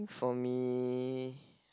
for me